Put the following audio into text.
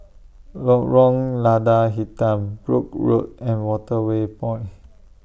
Lorong Lada Hitam Brooke Road and Waterway Point